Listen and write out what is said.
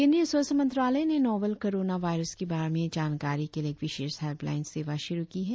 केंद्रीय स्वास्थ्य मंत्रालय ने नोवेल कोरोना वायरस के बारे में जानकारी के लिए एक विशेष हैल्पलाइन सेवा शुरु की है